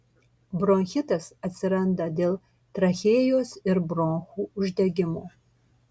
bronchitas atsiranda dėl trachėjos ir bronchų uždegimo